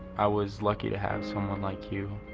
i was lucky to have someone like you.